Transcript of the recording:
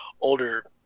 older